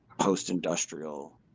post-industrial